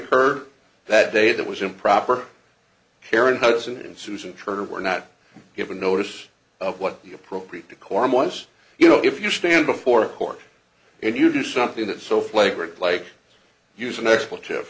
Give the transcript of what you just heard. d that day that was improper karen hudson ensues and turner were not given notice of what the appropriate decorum was you know if you stand before a court and you do something that is so flagrant like use an expletive